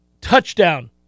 touchdown